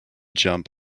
jump